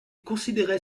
considérait